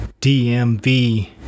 DMV